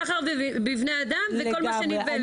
סחר בבני אדם וכל מה שנלווה לזה.